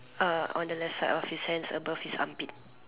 uh on the left side of his hands above his armpit